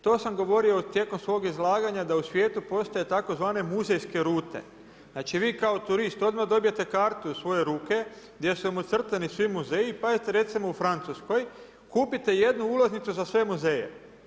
To sam govorio tijekom svog izlaganja da u svijetu postoje tzv. muzejske rute, znači vi kao turist odmah dobijete kartu u svoje ruke gdje su vam nacrtani svi muzeji, pazite recimo u Francuskoj, kupite jednu ulaznicu za sve muzeje.